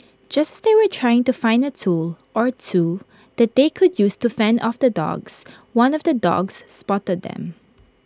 just as they were trying to find A tool or two that they could use to fend off the dogs one of the dogs spotted them